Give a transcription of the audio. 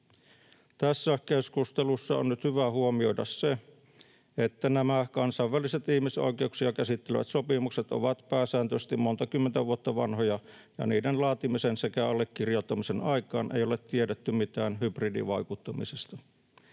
Tässä keskustelussa on nyt hyvä huomioida se, että nämä kansainväliset ihmisoikeuksia käsittelevät sopimukset ovat pääsääntöisesti monta kymmentä vuotta vanhoja ja niiden laatimisen sekä allekirjoittamisen aikaan ei ole tiedetty mitään hybridivaikuttamisesta